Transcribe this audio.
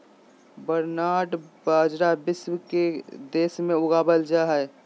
barnyard बाजरा विश्व के के देश में उगावल जा हइ